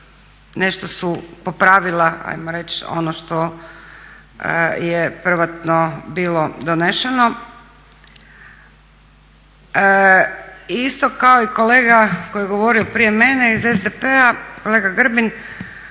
nešto su popravila hajmo reći ono što je prvotno bilo donešeno. Isto kao i kolega koji je govorio prije mene iz SDP-a, kolega Grbin